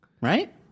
Right